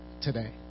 today